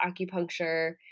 acupuncture